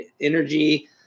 energy